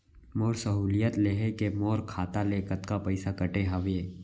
मोर सहुलियत लेहे के मोर खाता ले कतका पइसा कटे हवये?